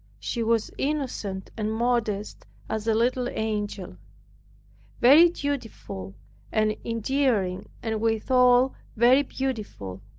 she was innocent and modest as a little angel very dutiful and endearing, and withal very beautiful.